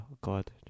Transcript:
God